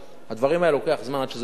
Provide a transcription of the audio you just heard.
לדברים האלה לוקח זמן, עד שזה מחלחל.